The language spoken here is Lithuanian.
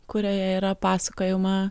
kurioje yra pasakojama